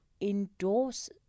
endorse